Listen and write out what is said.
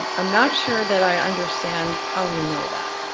i'm not sure that i understand how we know that.